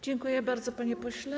Dziękuję bardzo, panie pośle.